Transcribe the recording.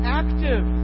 active